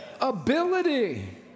Ability